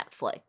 Netflix